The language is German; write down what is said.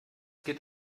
geht